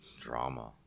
Drama